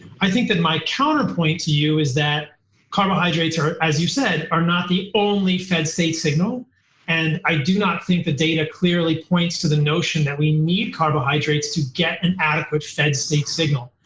i think that my counterpoint to you is that carbohydrates are, as you said, are not the only fed state signal and i do not think the data clearly points to the notion that we need carbohydrates to get an adequate fed state signal.